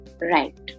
right